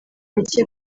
mike